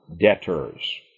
debtors